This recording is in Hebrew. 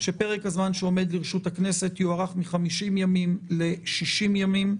שפרק הזמן שעומד לרשות הכנסת יוארך מ-50 ימים ל-60 ימים,